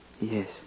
Yes